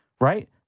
right